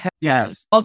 Yes